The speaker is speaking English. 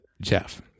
jeff